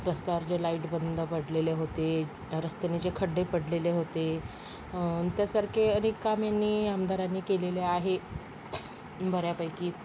रस्त्यावर जे लाईट बंद पडलेले होते रस्त्याने जे खड्डे पडलेले होते त्यासारखे अनेक काम यांनी आमदारांनी केलेलं आहे बऱ्यापैकी